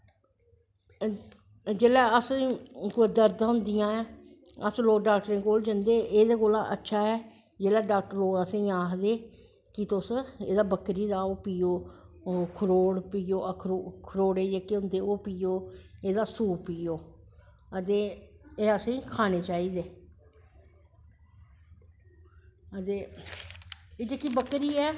जिसलै असेंगी कोई दर्दां होंदियां नै अस लोग डाक्टरें कोल जंदे एह्दे कोला दा अच्छा ऐ जिसलै डाक्टर असेंगी आखदे कि तुस एह्दा बकरी दा ओह् पियो खरौड़े जेह्के होंदे ओह् पियो एह्दा सूप पियो ते एह् असेंगी खानें चाही दे ते एह् जेह्की बकरी ऐ